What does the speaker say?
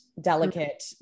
delicate